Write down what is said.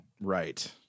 Right